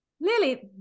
Lily